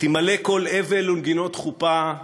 ותימלא קול אבל ונגינות חופה /